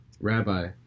Rabbi